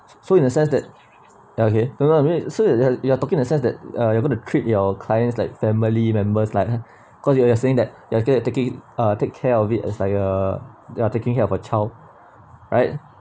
so in a sense that okay no lah mean so you then you are talking that that you're gonna treat your clients like family members like cause you are saying that your get your take uh take care of it as like a you are taking care of a child right